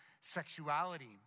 sexuality